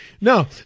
No